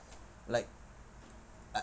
like I